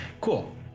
Cool